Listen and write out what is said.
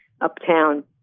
uptown